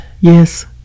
Yes